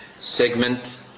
segment